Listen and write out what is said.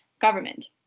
government